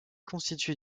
constituée